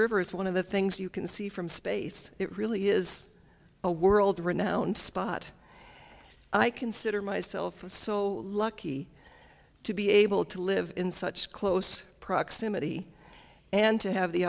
river is one of the things you can see from space it really is a world renowned spot i consider myself so lucky to be able to live in such close proximity and to have the